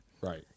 right